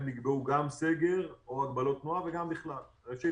נקבעו גם סגר או הגבלות תנועה וגם בכלל ראשית,